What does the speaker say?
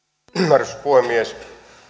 arvoisa puhemies